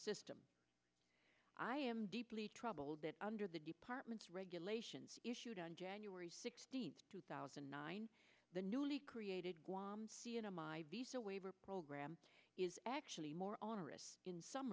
system i am deeply troubled that under the department's regulations issued on january sixteenth two thousand and nine the newly created my visa waiver program is actually more onerous in some